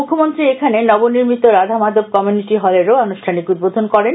মুখ্যমন্ত্রী এখানে নবনির্মিত রাধামাধব কমিউনিটি হলেরও আনুষ্ঠানিক উদ্বোধন করেন